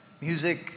music